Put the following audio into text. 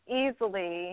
easily